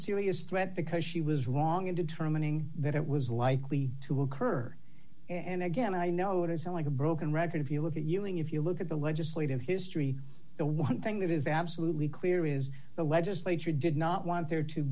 serious threat because she was wrong in determining that it was likely to occur and again i know it is like a broken record if you look at you and if you look at the legislative history the one thing that is absolutely clear is the legislature did not want there to